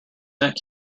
neck